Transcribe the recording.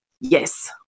yes